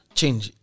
change